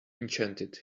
enchanted